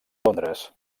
londres